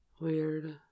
weird